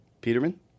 Peterman